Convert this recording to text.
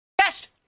Test